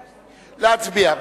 להצביע.